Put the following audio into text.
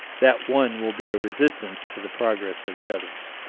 that one will be a resistance to the progress of the others.